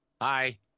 Hi